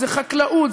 זה חקלאות,